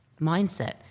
mindset